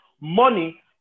money